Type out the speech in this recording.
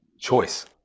choice